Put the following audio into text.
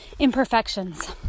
imperfections